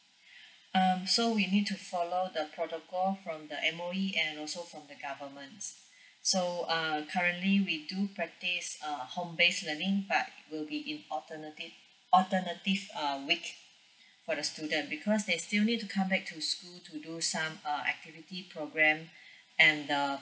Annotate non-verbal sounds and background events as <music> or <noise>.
<breath> um so we need to follow the protocol from the M_O_E and also from the government so err currently we do practice err home based learning that will be in alternative alternative uh way for the student because they still need to come back to school to do some err activity program <breath> and uh